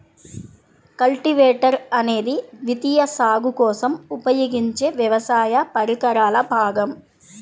cultivator అనేది ద్వితీయ సాగు కోసం ఉపయోగించే వ్యవసాయ పరికరాల భాగం